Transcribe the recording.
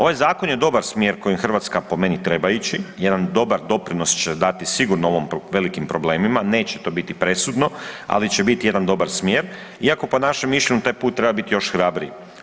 Ovaj zakon je dobar smjer kojim Hrvatska po meni treba ići, jedan dobar doprinos će dati sigurno velikim problemima, neće to biti presudno, ali će biti jedan dobar smjer iako po našem mišljenju taj put treba biti još hrabriji.